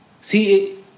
See